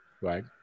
Right